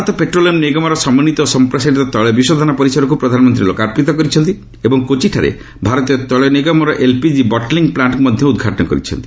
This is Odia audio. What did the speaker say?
ଭାରତ ପେଟ୍ରୋଲିୟମ ନିଗମର ସମନ୍ଧିତ ଓ ସମ୍ପ୍ରସାରିତ ତୈଳ ବିଶୋଧନା ପରିସରକୁ ପ୍ରଧାନମନ୍ତ୍ରୀ ଲୋକାର୍ପିତ କରିଛନ୍ତି ଏବଂ କୋଚିଠାରେ ଭାରତୀୟ ତୈଳ ନିଗମର ଏଲ୍ପିଜି ବଟଲିଂ ପ୍ଲାଣ୍ଟକୁ ମଧ୍ୟ ଉଦ୍ଘାଟନ କରିଛନ୍ତି